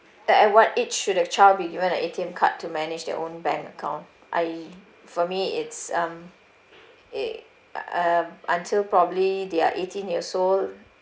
at at what age should a child be given an A_T_M card to manage their own bank account I for me it's um it uh until probably they're eighteen years old